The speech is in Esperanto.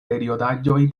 periodaĵoj